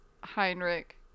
Heinrich